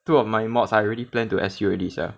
two of my mods I already plan to S_U already sia